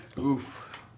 Oof